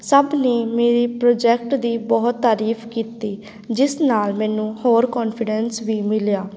ਸਭ ਨੇ ਮੇਰੇ ਪ੍ਰੋਜੈਕਟ ਦੀ ਬਹੁਤ ਤਾਰੀਫ਼ ਕੀਤੀ ਜਿਸ ਨਾਲ ਮੈਨੂੰ ਹੋਰ ਕੋਨਫੀਡੈਂਸ ਵੀ ਮਿਲਿਆ